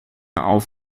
auf